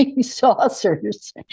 saucers